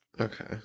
Okay